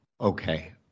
Okay